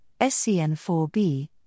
SCN4B